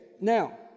now